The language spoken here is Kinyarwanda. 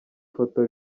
foto